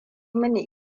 mini